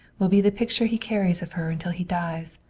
will be the picture he carries of her until he dies,